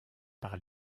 par